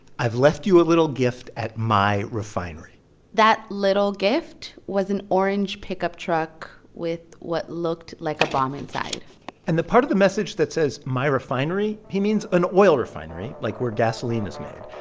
i've left you a little gift at my refinery that little gift was an orange pickup truck with what looked like a bomb inside and the part of the message that says my refinery, he means an oil refinery, refinery, like where gasoline is made.